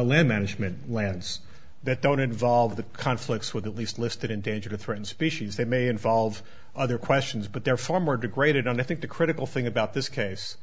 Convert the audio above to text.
land management lands that don't involve the conflicts with at least listed in danger threatened species they may involve other questions but they're far more degraded on i think the critical thing about this case